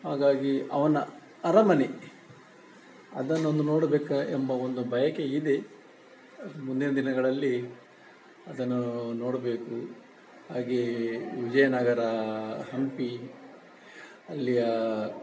ಹಾಗಾಗಿ ಅವನ ಅರಮನೆ ಅದನ್ನೊಂದು ನೋಡಬೇಕ ಎಂಬ ಒಂದು ಬಯಕೆ ಇದೆ ಅದು ಮುಂದಿನ ದಿನಗಳಲ್ಲಿ ಅದನ್ನೂ ನೋಡಬೇಕು ಹಾಗೆ ವಿಜಯನಗರ ಹಂಪಿ ಅಲ್ಲಿಯ